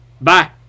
Bye